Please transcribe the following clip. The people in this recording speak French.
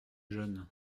jeunes